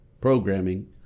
programming